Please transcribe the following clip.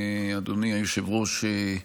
אדוני היושב-ראש,